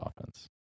offense